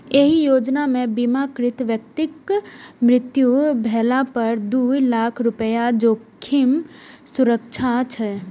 एहि योजना मे बीमाकृत व्यक्तिक मृत्यु भेला पर दू लाख रुपैया जोखिम सुरक्षा छै